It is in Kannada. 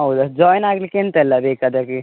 ಹೌದಾ ಜಾಯಿನ್ ಆಗ್ಲಿಕ್ಕೆ ಎಂತೆಲ್ಲ ಬೇಕು ಅದಕ್ಕೆ